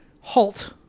halt